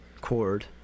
cord